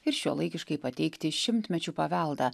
ir šiuolaikiškai pateikti šimtmečių paveldą